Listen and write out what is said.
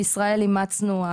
בישראל אימצנו,